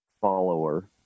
follower